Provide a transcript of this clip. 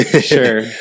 Sure